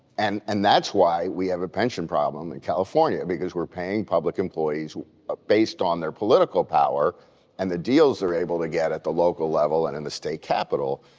and and that's why we have a pension problem in california because we're paying public employees ah based on their political power and the deals they're able to get at the local level and in the state capitol.